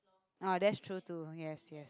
oh that's true too okay I see